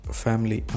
family